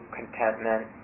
contentment